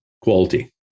quality